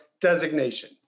designation